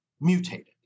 mutated